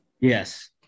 Yes